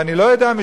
ואני לא יודע,